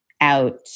out